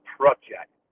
project